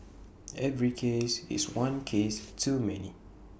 every case is one case too many